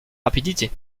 rapidité